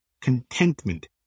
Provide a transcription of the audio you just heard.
Contentment